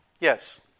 Yes